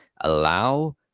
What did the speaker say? allow